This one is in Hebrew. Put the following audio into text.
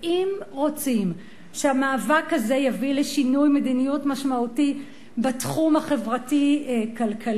ואם רוצים שהמאבק הזה יביא לשינוי מדיניות משמעותי בתחום החברתי-כלכלי,